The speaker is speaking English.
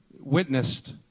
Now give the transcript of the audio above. witnessed